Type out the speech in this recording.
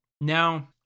Now